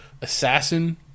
assassin